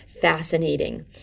fascinating